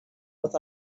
with